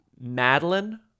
Madeline